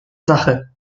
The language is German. sache